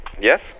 Yes